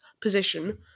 position